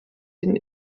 den